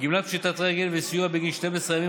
גמלת פשיטת רגל וסיוע בגין 12 הימים